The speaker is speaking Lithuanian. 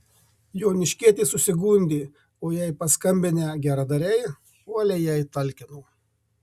joniškietė susigundė o jai paskambinę geradariai uoliai jai talkino